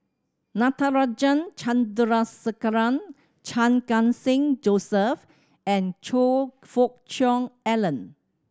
Natarajan Chandrasekaran Chan Khun Sing Joseph and Choe Fook Cheong Alan